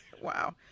Wow